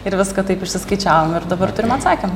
ir viską taip išsiskaičiavom ir dabar turim atsakymą